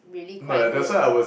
really quite good